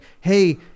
hey